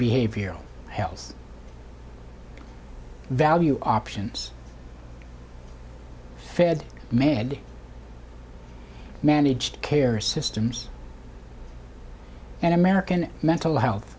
behavioral health value options fed med managed care systems and american mental health